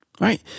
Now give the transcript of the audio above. right